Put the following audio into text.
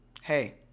hey